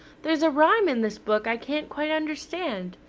there's a rhyme in this book i can't quite understand.